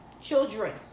Children